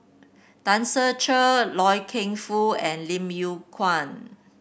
Tan Ser Cher Loy Keng Foo and Lim Yew Kuan